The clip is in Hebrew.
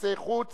יחסי חוץ